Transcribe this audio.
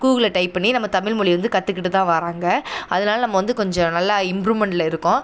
கூகுளில் டைப் பண்ணி நம்ம தமிழ் மொழிய வந்து கற்றுக்கிட்டு தான் வராங்க அதனால நம்ம வந்து கொஞ்சம் நல்லா இம்ப்ரூமெண்டில் இருக்கோம்